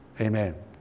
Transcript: Amen